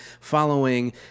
following